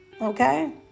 Okay